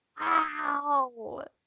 Wow